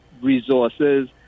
resources